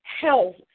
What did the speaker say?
health